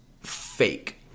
Fake